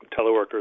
teleworkers